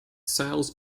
sales